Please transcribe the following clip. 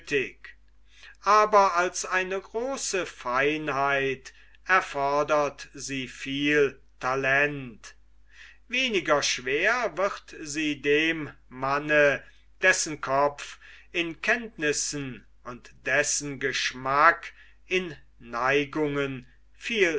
aber als eine große feinheit erfordert sie viel talent weniger schwer wird sie dem manne dessen kopf in kenntnissen und dessen geschmack in neigungen